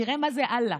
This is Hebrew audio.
תראה מה זה אללה.